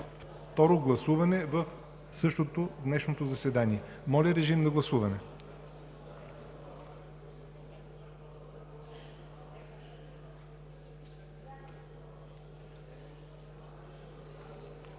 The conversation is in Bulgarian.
второ гласуване в същото днешно заседание. Моля, режим на гласуване.